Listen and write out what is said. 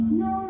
no